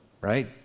right